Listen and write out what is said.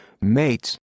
Mates